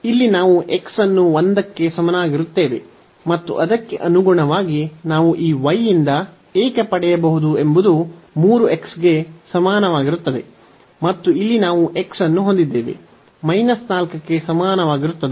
ಇಲ್ಲಿ ನಾವು x ಅನ್ನು 1 ಕ್ಕೆ ಸಮನಾಗಿರುತ್ತೇವೆ ಮತ್ತು ಅದಕ್ಕೆ ಅನುಗುಣವಾಗಿ ನಾವು ಈ y ಯಿಂದ ಏಕೆ ಪಡೆಯಬಹುದು ಎಂಬುದು 3x ಗೆ ಸಮಾನವಾಗಿರುತ್ತದೆ ಮತ್ತು ಇಲ್ಲಿ ನಾವು x ಅನ್ನು ಹೊಂದಿದ್ದೇವೆ 4 ಗೆ ಸಮಾನವಾಗಿರುತ್ತದೆ